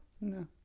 No